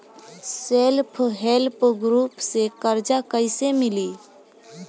Self help group से कर्जा कईसे मिली?